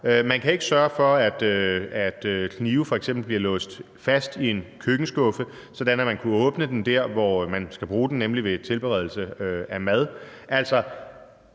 man kan ikke sørge for, at knive f.eks. bliver låst fast i en køkkenskuffe, sådan at folk kunne få fat på knivene der, hvor de skal bruge dem, nemlig ved tilberedelse af mad.